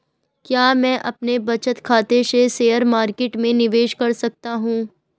क्या मैं अपने बचत खाते से शेयर मार्केट में निवेश कर सकता हूँ?